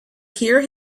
hear